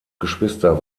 geschwister